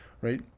right